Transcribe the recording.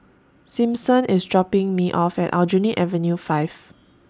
Simpson IS dropping Me off At Aljunied Avenue five